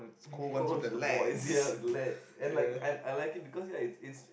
go on to the boys ya with leads and like I I like it because ya it's it's